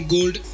Gold